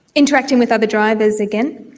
interacting with other drivers, again.